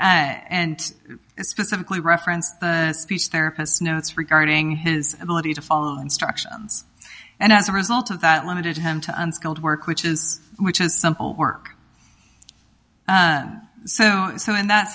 and specifically referenced speech therapists notes regarding his ability to follow instructions and as a result of that limited him to unskilled work which is which is some work so in that